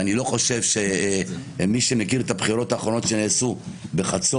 אני חושב שמי שמכיר את הבחירות האחרונות שנעשו בחצור,